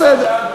בסדר.